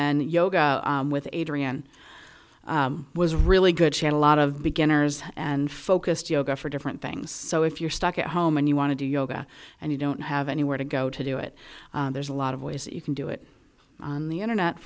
then yoga with adrian was really good she had a lot of beginners and focused yoga for different things so if you're stuck at home and you want to do yoga and you don't have anywhere to go to do it there's a lot of ways you can do it on the internet